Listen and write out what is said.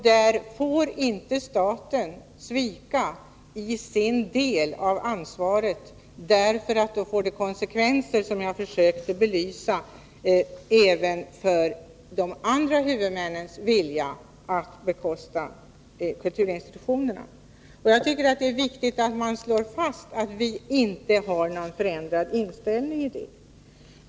Där får inte staten svika sin del av ansvaret, därför att det får konsekvenser, som jag försökt belysa, även för de andra huvudmännens vilja att bekosta kulturinstitutionerna. Jag tycker att det är viktigt att man slår fast att vi inte har förändrad inställning där.